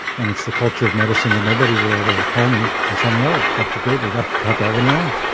and it's the culture of medicine that nobody will ever call me and tell me, oh, dr graber, you got got that one wrong.